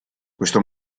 questo